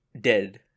dead